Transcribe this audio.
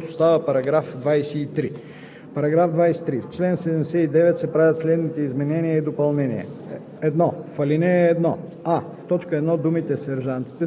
Комисията подкрепя предложението. Комисията подкрепя по принцип текста на вносителя и предлага следната редакция на § 22, който